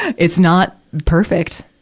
it's not perfect.